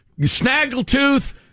Snaggletooth